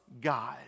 God